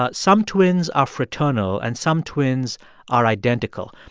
ah some twins are fraternal and some twins are identical.